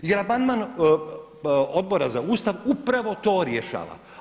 I da amandman Odbora za Ustav upravo to rješava.